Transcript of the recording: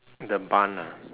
the bun ah